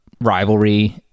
rivalry